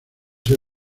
ser